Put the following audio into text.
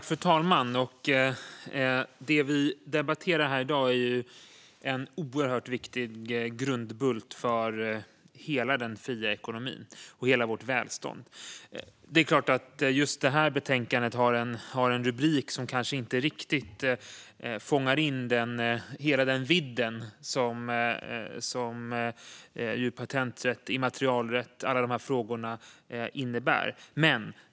Fru talman! Det vi debatterar här i dag är en oerhört viktig grundbult för hela den fria ekonomin och hela vårt välstånd. Just det här betänkandet har en rubrik som kanske inte riktigt fångar in hela den vidden av patent och immaterialrätt.